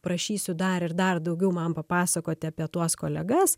prašysiu dar ir dar daugiau man papasakoti apie tuos kolegas